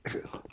ya